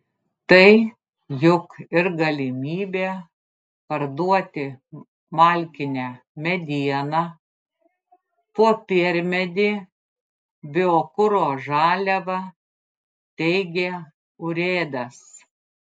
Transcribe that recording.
tai juk ir galimybė parduoti malkinę medieną popiermedį biokuro žaliavą teigė urėdas